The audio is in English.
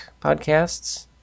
podcasts